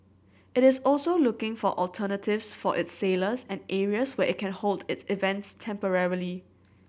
it is also looking for alternatives for its sailors and areas where it can hold its events temporarily